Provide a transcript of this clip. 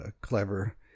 clever